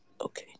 Okay